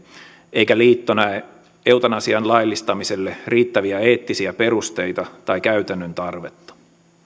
eikä liitto näe eutanasian laillistamiselle riittäviä eettisiä perusteita tai käytännön tarvetta